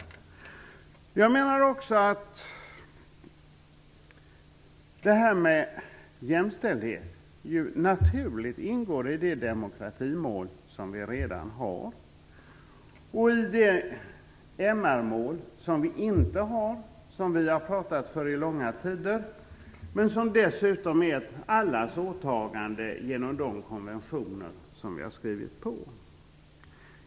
Jag menar också att det här med jämställdhet ju naturligt ingår i det demokratimål som vi redan har och i det MR-mål som vi inte har, som vi har pratat för i långa tider, men som dessutom är ett allas åtagande, genom de konventioner som vi har skrivit på.